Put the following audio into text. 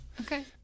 okay